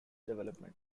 development